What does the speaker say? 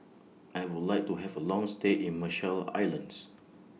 I Would like to Have A Long stay in Marshall Islands